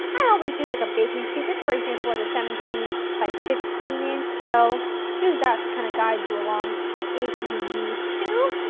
i always use like a baking sheet, this for example is a seventeen by fifteen inch, so use that to kind of guide you along if you need to.